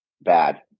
Bad